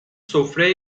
سفره